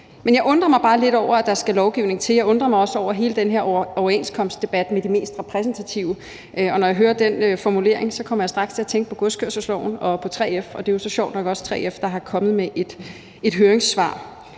Men jeg undrer mig bare lidt over, at der skal lovgivning til. Jeg undrer mig også over det med den her overenskomstdebat med de mest repræsentative. Når jeg hører den formulering, kommer jeg straks til at tænke på godskørselsloven og på 3F – og det er jo så sjovt nok også 3F, der er kommet med et høringssvar.